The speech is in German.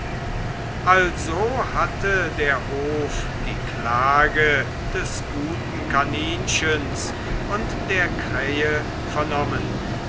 also hatte der hof die klage des guten kaninchens und der krähe vernommen